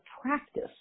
practice